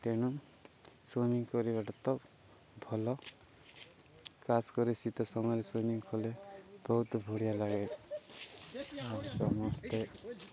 ତେଣୁ ସୁଇମିଂ କରିବାଟା ତ ଭଲ କାସ୍ କରି ଶୀତ ସମୟରେ ସୁଇମିଂ କଲେ ବହୁତ ବଢ଼ିଆ ଲାଗେ ଆଉ ସମସ୍ତେ